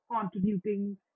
contributing